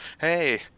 Hey